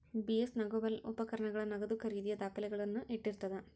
BS negotiable ಉಪಕರಣಗಳ ನಗದು ಖರೇದಿಯ ದಾಖಲೆಗಳನ್ನ ಇಟ್ಟಿರ್ತದ